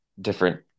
different